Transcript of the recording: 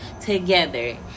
together